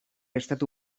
estatu